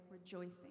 rejoicing